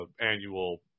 annual